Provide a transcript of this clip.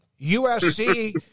USC